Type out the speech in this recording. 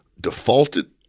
defaulted